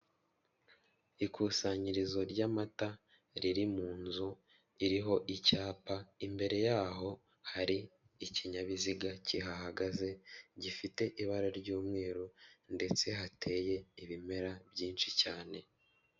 Ikusanyirizo ry'amata riri mu nzu iriho icyapa, imbere yaho hari ikinyabiziga kihagaze gifite ibara ry'umweru ndetse hateye ibimera byinshi cyane.